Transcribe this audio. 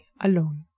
alone